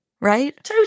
Right